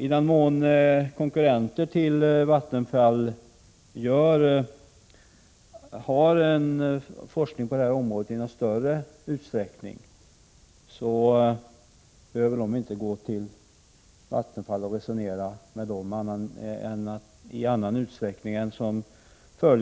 I den mån konkurrenter till Vattenfall i någon större utsträckning bedriver forskning på detta område behöver de inte gå till Vattenfall och resonera, annat än i de fall